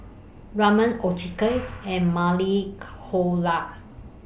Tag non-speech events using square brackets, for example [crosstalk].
Ramen [unintelligible] and Maili [unintelligible]